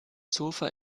sofa